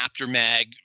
AfterMag